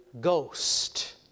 Ghost